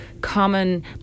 common